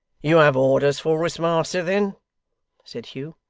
you have orders for us, master, then said hugh.